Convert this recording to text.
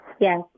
Yes